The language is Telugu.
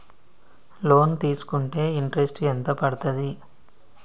లోన్ తీస్కుంటే ఇంట్రెస్ట్ ఎంత పడ్తది?